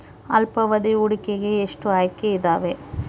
ಅಲ್ಪಾವಧಿ ಹೂಡಿಕೆಗೆ ಎಷ್ಟು ಆಯ್ಕೆ ಇದಾವೇ?